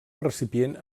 recipient